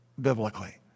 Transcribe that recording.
biblically